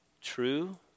true